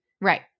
Right